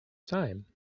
time